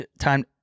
time